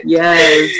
yes